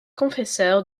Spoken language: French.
confesseur